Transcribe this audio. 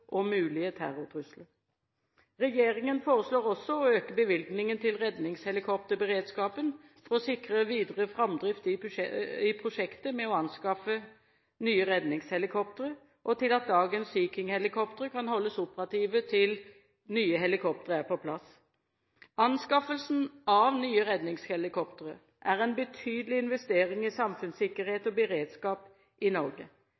og mulige terrortrusler. Regjeringen foreslår også å øke bevilgningen til redningshelikopterberedskapen for å sikre videre framdrift i prosjektet med å anskaffe nye redningshelikoptre, og til at dagens Sea King-helikoptre kan holdes operative til nye helikoptre er på plass. Anskaffelsen av nye redningshelikoptre er en betydelig investering i samfunnssikkerhet og beredskap i Norge.